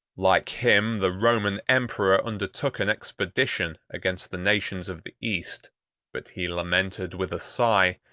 like him, the roman emperor undertook an expedition against the nations of the east but he lamented with a sigh,